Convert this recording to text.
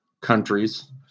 countries